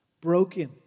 Broken